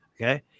Okay